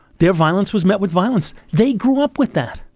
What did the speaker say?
their violence was met with violence. they grew up with that.